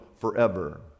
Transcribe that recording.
forever